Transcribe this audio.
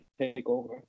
takeover